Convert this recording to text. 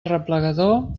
arreplegador